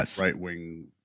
right-wing